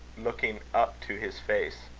looking up to his face